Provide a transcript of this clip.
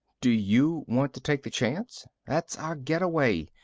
do you want to take the chance? that's our getaway.